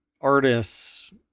artists